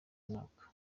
mwaka